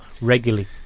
regularly